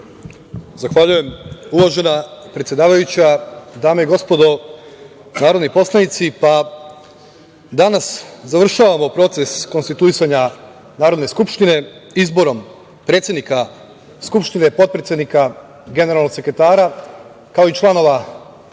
Zahvaljujem uvažena predsedavajuća. Dame i gospodo narodni poslanici, danas završavamo proces konstituisanja Narodne skupštine izborom predsednika Skupštine, potpredsednika, generalnog sekretara, kao i članova